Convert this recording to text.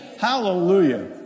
Hallelujah